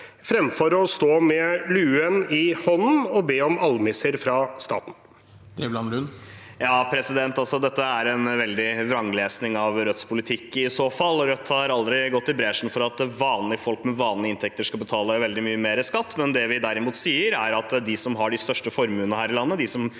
fremfor å stå med luen i hånden og be om almisser fra staten? Tobias Drevland Lund (R) Dette er en veldig vranglesing av Rødts politikk i så fall. Rødt har aldri gått i bresjen for at vanlige folk med vanlige inntekter skal betale veldig mye mer skatt. Det vi derimot sier, er at de som har de største formuene her i landet,